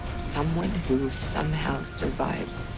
someone who somehow survives.